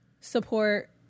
support